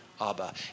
Abba